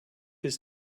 his